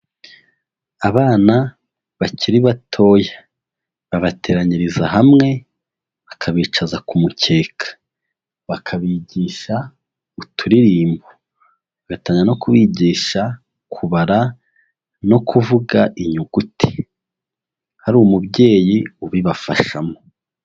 Abana bakiri batoya, babateranyiriza hamwe bakabicaza ku mukeka. Bakabigisha, uturirimbo, bagatangiraya no kubigisha, kubara, no kuvuga, inyuguti. Hari umubyeyi ubibafashamo.